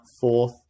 fourth